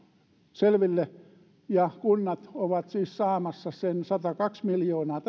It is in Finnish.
selville kunnat ovat siis saamassa tätä kautta sen satakaksi miljoonaa